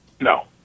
no